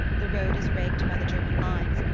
the road is raked by the german lines,